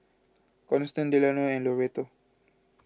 Constance Delano and Loretto